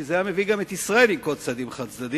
כי זה היה מביא גם את ישראל לנקוט צעדים חד-צדדיים: